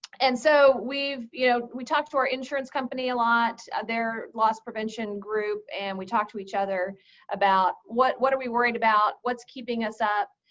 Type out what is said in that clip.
and so we you know we talk to our insurance company a lot, their loss prevention group, and we talk to each other about what what are we worried about, what's keeping us up?